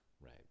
Right